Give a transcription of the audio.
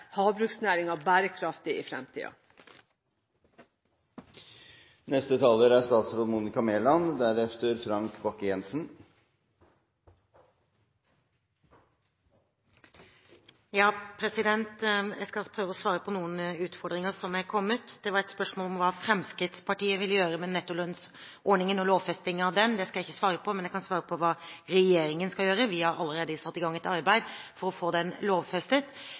bærekraftig i fremtiden. Jeg skal prøve å svare på noen utfordringer som er kommet. Det var et spørsmål om hva Fremskrittspartiet ville gjøre med nettolønnsordningen og lovfestingen av den. Det skal jeg ikke svare på, men jeg kan svare på hva regjeringen skal gjøre. Vi har allerede satt i gang et arbeid for å få den lovfestet.